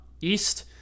East